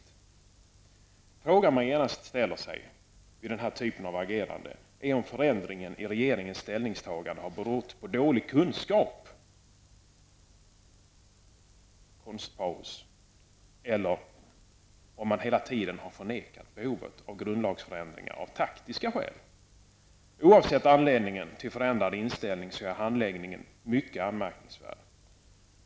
Den fråga man genast ställer sig vid den här typen av agerande är om förändringen i regeringens ställningstagande har berott på dålig kunskap -- eller om man hela tiden har förnekat behovet av grundlagsändring av taktiska skäl. Oavsett anledningen till den förändrade inställningen är handläggningen mycket anmärkningsvärd.